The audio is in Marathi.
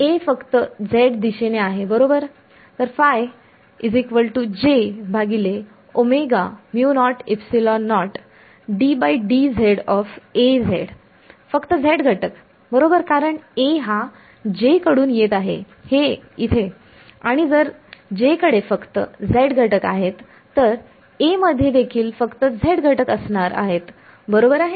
A फक्त z दिशेने आहे बरोबर आहे तर फक्त z घटक बरोबर कारण A हा J कडून येत आहे हे इथे आणि जर J कडे फक्त z घटक आहेत तर A मध्ये देखील फक्त z घटक असणार आहेत बरोबर आहे